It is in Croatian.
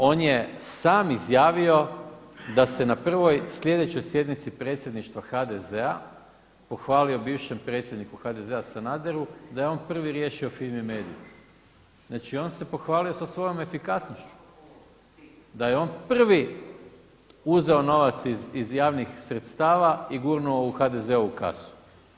On je sam izjavio da se na prvoj sljedećoj sjednici predsjedništva HDZ-a pohvalio bivšem predsjedniku HDZ-a Sanaderu da je on prvi riješio Fimi Mediju, znači on se pohvalio sa svojom efikasnošću, da je on prvi uzeo novac iz javnih sredstava i gurnu u HDZ-ovu kasu.